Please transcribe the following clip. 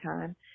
time